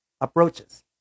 approaches